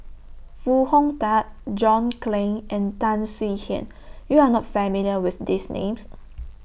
Foo Hong Tatt John Clang and Tan Swie Hian YOU Are not familiar with These Names